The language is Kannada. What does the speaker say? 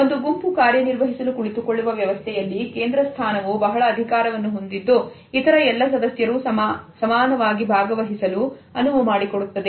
ಒಂದು ಗುಂಪು ಕಾರ್ಯನಿರ್ವಹಿಸಲು ಕುಳಿತುಕೊಳ್ಳುವ ವ್ಯವಸ್ಥೆಯಲ್ಲಿ ಕೇಂದ್ರ ಸ್ಥಾನವು ಬಹಳ ಅಧಿಕಾರವನ್ನು ಹೊಂದಿದ್ದು ಇತರ ಎಲ್ಲ ಸದಸ್ಯರು ಸಮಾನವಾಗಿ ಭಾಗವಹಿಸಲು ಅನುವು ಮಾಡಿಕೊಡುತ್ತದೆ